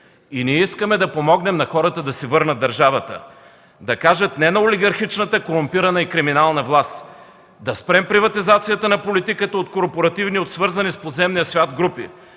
Ние искаме да помогнем на хората да си върнат държавата, да кажат: „Не на олигархичната и корумпирана криминална власт!”, да спрем приватизацията на политиката от корпоративни и от свързани с подземния свят групи,